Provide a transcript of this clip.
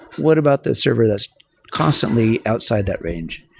what about the server that's constantly outside that range?